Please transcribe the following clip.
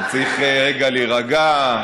אני צריך רגע להירגע,